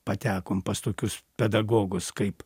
patekom pas tokius pedagogus kaip